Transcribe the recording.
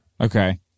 okay